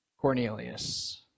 Cornelius